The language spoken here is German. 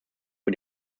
für